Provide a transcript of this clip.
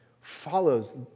follows